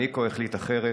בתחילת מלחמת